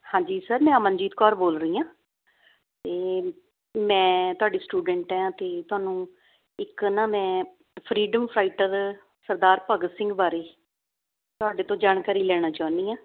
ਹਾਂਜੀ ਸਰ ਮੈਂ ਅਮਨਜੀਤ ਕੌਰ ਬੋਲ ਰਹੀ ਹਾਂ ਅਤੇ ਮੈਂ ਤੁਹਾਡੀ ਸਟੂਡੈਂਟ ਹਾਂ ਅਤੇ ਤੁਹਾਨੂੰ ਇੱਕ ਨਾ ਮੈਂ ਫਰੀਡਮ ਫਾਈਟਰ ਸਰਦਾਰ ਭਗਤ ਸਿੰਘ ਬਾਰੇ ਤੁਹਾਡੇ ਤੋਂ ਜਾਣਕਾਰੀ ਲੈਣਾ ਚਾਹੁੰਦੀ ਹਾਂ